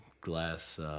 glass